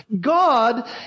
God